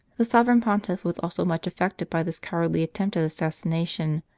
the sovereign pontiff was also much affected by this cowardly attempt at assassination,